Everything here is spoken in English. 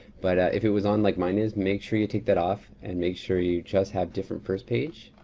but if it was on like mine is, make sure you take that off and make sure you just have different first page.